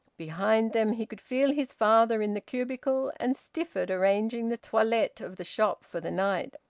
behind them he could feel his father in the cubicle, and stifford arranging the toilette of the shop for the night.